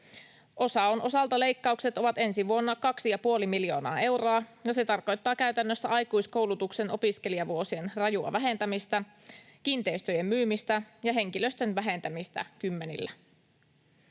OSAOn osalta leikkaukset ovat ensi vuonna kaksi ja puoli miljoonaa euroa. No, se tarkoittaa käytännössä aikuiskoulutuksen opiskelijavuosien rajua vähentämistä, kiinteistöjen myymistä ja henkilöstön vähentämistä kymmenillä.